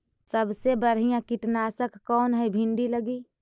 सबसे बढ़िया कित्नासक कौन है भिन्डी लगी?